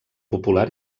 popular